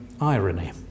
irony